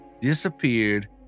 disappeared